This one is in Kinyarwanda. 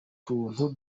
tuntu